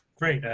great, yeah